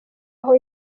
aho